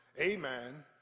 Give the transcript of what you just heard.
Amen